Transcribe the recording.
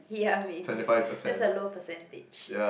ya maybe that's a low percentage